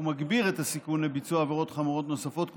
ומגבירה את הסיכון לביצוע עבירות חמורות נוספות,